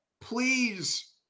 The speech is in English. please